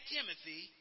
Timothy